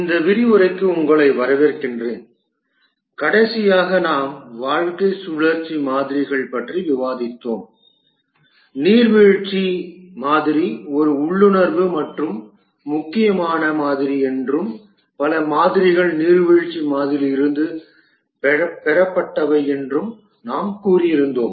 இந்த விரிவுரைக்கு உங்களை வரவேற்கிறேன் கடைசியாக நாம் வாழ்க்கை சுழற்சி மாதிரிகள் பற்றி விவாதித்தோம் நீர்வீழ்ச்சி மாதிரி ஒரு உள்ளுணர்வு மற்றும் முக்கியமான மாதிரி என்றும் பல மாதிரிகள் நீர்வீழ்ச்சி மாதிரியிலிருந்து பெறப்பட்டவை என்றும் நாம் கூறியிருந்தோம்